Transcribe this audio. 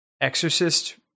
exorcist